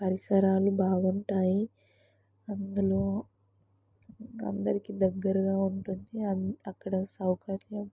పరిసరాలు బాగుంటాయి అందులో అందరికి దగ్గరగా ఉంటుంది అ అక్కడ సౌకర్యం